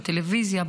בטלוויזיה,